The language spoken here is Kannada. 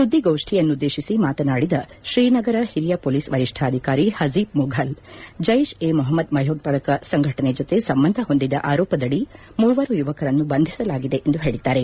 ಸುದ್ದಿಗೋಷ್ನಿಯನ್ನುದ್ದೇತಿಸಿ ಮಾತನಾಡಿದ ತ್ರೀನಗರ ಹಿರಿಯ ಪೊಲೀಸ್ ವರಿಷ್ಠಾಧಿಕಾರಿ ಹಸೀಬ್ ಮುಫಲ್ ಜೈಷ್ ಎ ಮೊಹಮ್ದದ್ ಭಯೋತ್ವಾದಕ ಸಂಘಟನೆ ಜತೆ ಸಂಬಂಧ ಹೊಂದಿದ ಆರೋಪದಡಿ ಮೂವರು ಯುವಕರನ್ನು ಬಂಧಿಸಲಾಗಿದೆ ಎಂದು ಹೇಳಿದ್ದಾರೆ